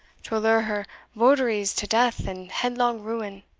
to allure her votaries to death and headlong ruin.